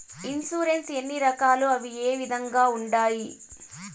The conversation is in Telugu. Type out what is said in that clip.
ఇన్సూరెన్సు ఎన్ని రకాలు అవి ఏ విధంగా ఉండాయి